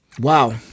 wow